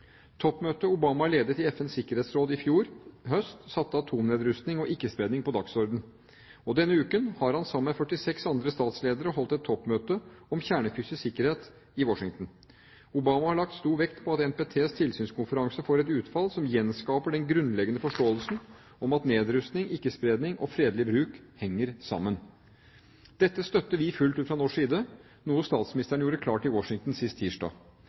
Toppmøtet som Obama ledet i FNs sikkerhetsråd i fjor høst, satte atomnedrustning og ikke-spredning på dagsordenen. Og denne uken har han sammen med 46 andre statsledere holdt et toppmøte om kjernefysisk sikkerhet i Washington. Obama har lagt stor vekt på at NPTs tilsynskonferanse får et utfall som gjenskaper den grunnleggende forståelsen, at nedrustning, ikke-spredning og fredelig bruk henger sammen. Dette støtter vi fullt ut fra norsk side, noe statsministeren gjorde klart i Washington sist tirsdag.